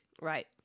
Right